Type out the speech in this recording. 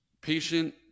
patient